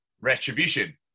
retribution